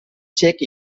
check